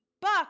Buck